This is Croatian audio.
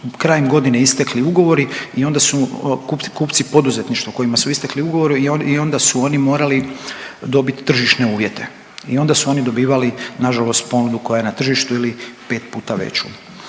krajem godine istekli ugovori i onda su kupci, poduzetništvo kojima su istekli ugovori i onda su oni morali dobiti tržišne uvjete. I onda su oni dobivali na žalost ponudu koja je na tržištu ili pet puta veću.